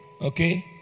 Okay